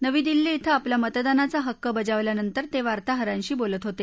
नवी दिल्ली क्रें आपला मतदानाचा हक्क बजावल्यानंतर ते वार्ताहारांशी बोलत होते